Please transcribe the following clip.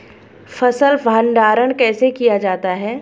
फ़सल भंडारण कैसे किया जाता है?